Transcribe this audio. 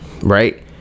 right